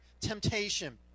temptation